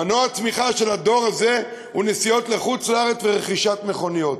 מנוע הצמיחה של הדור הזה הוא נסיעות לחוץ-לארץ ורכישת מכוניות.